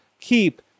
keep